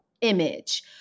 image